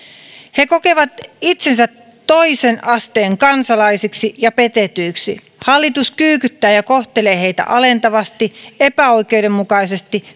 he kokevat itsensä toisen asteen kansalaisiksi ja petetyiksi hallitus kyykyttää ja kohtelee heitä alentavasti epäoikeudenmukaisesti